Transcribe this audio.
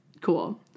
Cool